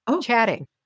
chatting